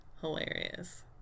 hilarious